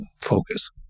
focus